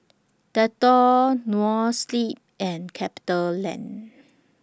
Dettol Noa Sleep and CapitaLand